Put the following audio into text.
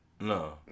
No